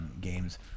games